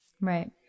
Right